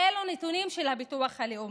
אלה הנתונים של הביטוח הלאומי.